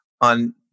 on